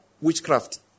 witchcraft